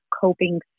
coping